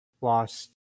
lost